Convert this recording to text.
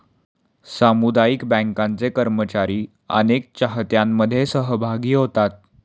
सामुदायिक बँकांचे कर्मचारी अनेक चाहत्यांमध्ये सहभागी होतात